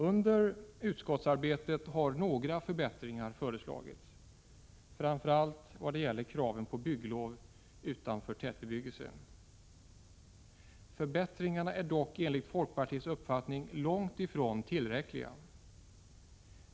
Under utskottsarbetet har några förbättringar föreslagits, framför allt vad gäller kraven på bygglov utanför tätbebyggelse. Förbättringarna är dock enligt folkpartiets uppfattning långt ifrån tillräckliga.